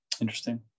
Interesting